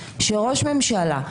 שראש ממשלה,